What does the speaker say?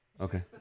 Okay